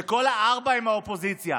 וכל הארבע הן מהאופוזיציה.